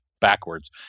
backwards